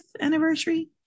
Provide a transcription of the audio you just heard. anniversary